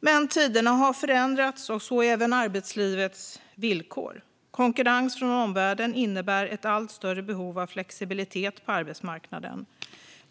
Men tiderna har förändrats och så även arbetslivets villkor. Konkurrens från omvärlden innebär ett allt större behov av flexibilitet på arbetsmarknaden.